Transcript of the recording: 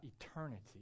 eternity